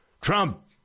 Trump